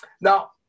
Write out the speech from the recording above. Now